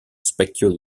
specchio